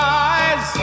eyes